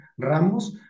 Ramos